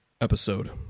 episode